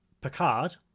Picard